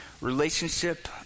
Relationship